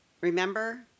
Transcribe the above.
Remember